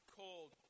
cold